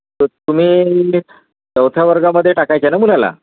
तर तुम्ही चौथ्या वर्गामध्ये टाकायचे न मुलाला